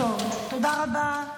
תודה רבה.